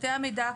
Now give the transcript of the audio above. פרטי המידע,